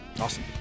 awesome